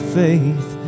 faith